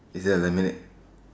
is there a lemonade